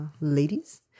ladies